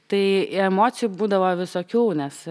tai emocijų būdavo visokių nes